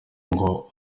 ngo